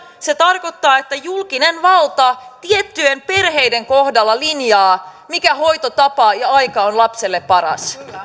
se tarkoittaa että julkinen valta tiettyjen perheiden kohdalla linjaa mikä hoitotapa ja aika ovat lapselle paras